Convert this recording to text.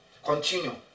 Continue